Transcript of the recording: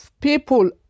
People